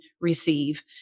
receive